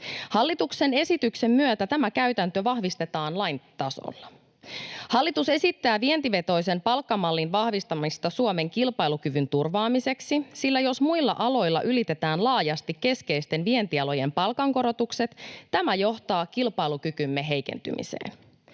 Hallituksen esityksen myötä tämä käytäntö vahvistetaan lain tasolla. Hallitus esittää vientivetoisen palkkamallin vahvistamista Suomen kilpailukyvyn turvaamiseksi, sillä jos muilla aloilla ylitetään laajasti keskeisten vientialojen palkankorotukset, tämä johtaa kilpailukykymme heikentymiseen.